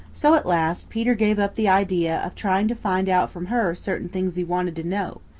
so at last peter gave up the idea of trying to find out from her certain things he wanted to know,